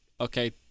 okay